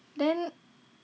then